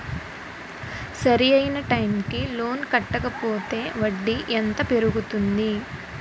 సరి అయినా టైం కి లోన్ కట్టకపోతే వడ్డీ ఎంత పెరుగుతుంది?